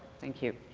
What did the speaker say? thank you.